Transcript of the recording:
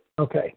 okay